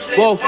Whoa